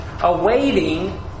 awaiting